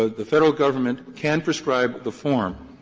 ah the federal government can prescribe the form,